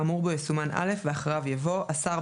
האמור בו יסומן "(א)" ואחריו יבוא: "(ב) השר,